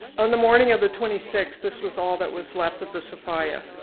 on the morning of the twenty sixth, this was all that was left of the sophia.